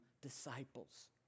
disciples